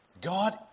God